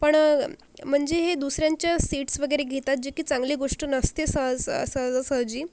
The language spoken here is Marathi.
पण म्हणजे हे दुसऱ्यांच्या सीट्स वगैरे घेतात जे की चांगली गोष्ट नसतेच सं सं सहजासहजी